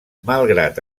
malgrat